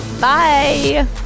Bye